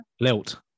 Lilt